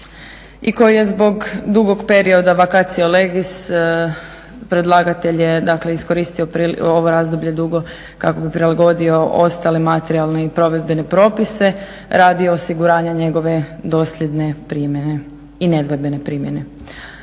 i koji je zbog dugog perioda vacacio legis predlagatelj je iskoristio ovo razdoblje dugo kako bi prilagodio ostale materijalne i provedbene propise, radi osiguranja njegove dosljedne i nedvojbene primjene.